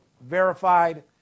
verified